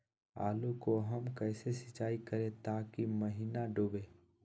आलू को हम कैसे सिंचाई करे ताकी महिना डूबे?